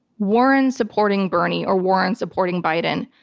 warren supporting bernie or warren supporting biden.